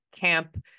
camp